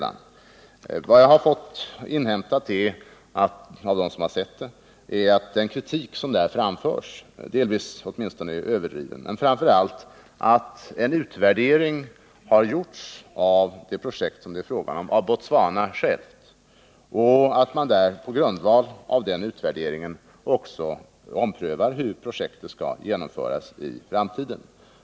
Av vad jag inhämtat från dem som sett programmet förstår jag emellertid att den kritik som framförs åtminstone delvis är överdriven. Något som är viktigt att framhålla i sammanhanget är att Botswana självt har gjort en utvärdering av det projekt det här är fråga om och att man på grundval av den utvärderingen också omprövar hur projektet skall genomföras i framtiden.